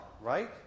right